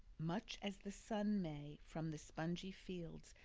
much as the sun may, from the spongey fields,